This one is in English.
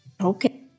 Okay